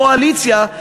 קואליציה,